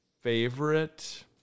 favorite